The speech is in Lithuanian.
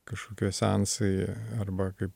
kažkokie seansai arba kaip